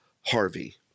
Harvey